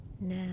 Now